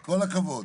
כל הכבוד.